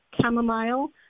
chamomile